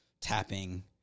tapping